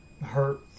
hurt